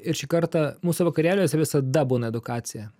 ir šį kartą mūsų vakarėliuose visada būna edukacija